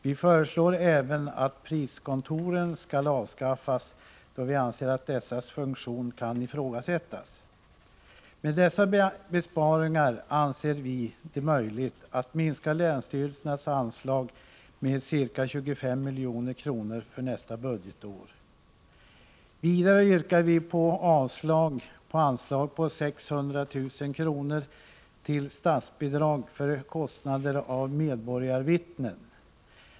Vi föreslår även att priskontoren skall avskaffas, och vi anser att dessas funktion kan ifrågasättas. Med dessa besparingar anser vi det möjligt att minska länsstyrelsernas anslag med ca 25 milj.kr. för nästa budgetår. Vidare yrkar vi avslag på anslaget på 600 000 kr. till statsbidrag för kostnader för medborgarvittnen.